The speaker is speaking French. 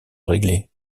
régler